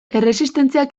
erresistentzia